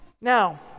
Now